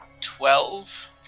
twelve